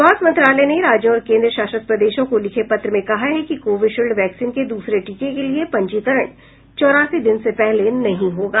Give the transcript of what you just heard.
स्वास्थ्य मंत्रालय ने राज्यों और केन्द्र शासित प्रदेशों को लिखे पत्र में कहा है कि कोविशील्ड वैक्सीन के दूसरे टीके के लिए पंजीकरण चौरासी दिन से पहले नहीं होगा